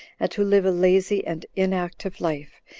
and to live a lazy and inactive life,